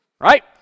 right